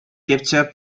captured